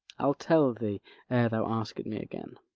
i'll tell thee ere thou ask it me again.